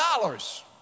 dollars